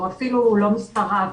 או אפילו לא מספר רב,